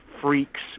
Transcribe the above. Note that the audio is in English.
freaks